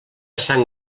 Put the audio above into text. sant